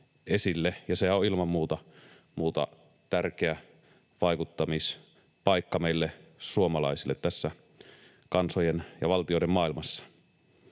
Ja sehän on ilman muuta tärkeä vaikuttamispaikka meille suomalaisille tässä kansojen ja valtioiden maailmassa.